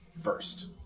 first